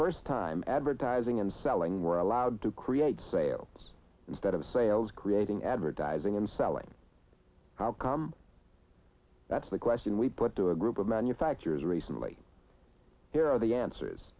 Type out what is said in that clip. first time advertising and selling were allowed to create sales instead of sales creating advertising and selling how come that's the question we put to a group of manufacturers recently here on the answer